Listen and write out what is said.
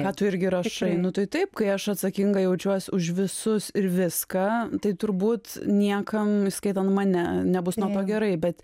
ką tu irgi rašai nu tai taip kai aš atsakinga jaučiuos už visus ir viską tai turbūt niekam įskaitant mane nebus nuo to gerai bet